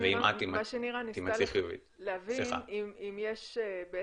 ואם את תימצאי חיובית --- מה שנירה ניסתה להבין הוא אם יש בעצם,